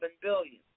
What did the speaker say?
billion